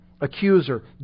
accuser